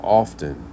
often